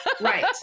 Right